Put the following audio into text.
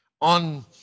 on